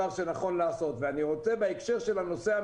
דבר נוסף שאני רוצה לומר בהקשר הזה,